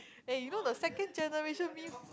eh you know the second generation meme